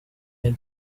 and